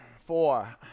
four